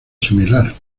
similar